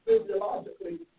physiologically